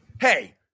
Hey